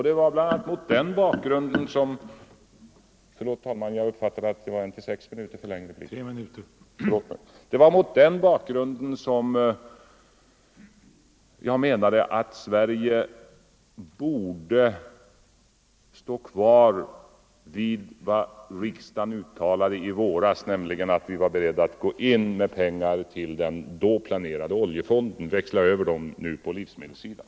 Det var bl.a. mot den bakgrunden som jag menade att Sverige borde stå kvar vid vad riksdagen uttalade i våras, nämligen att vi var beredda att gå in med pengar till den då planerade oljefonden och nu växla över dem på livsmedelssidan.